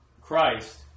christ